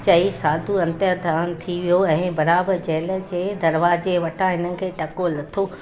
चई साधू अंतरध्यानु थी वियो ऐं बराबरि जेल जे दरवाजे वटां हिननि खे टको लधो